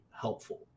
Helpful